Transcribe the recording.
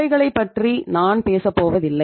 இவைகளைப் பற்றி நான் பேசப்போவதில்லை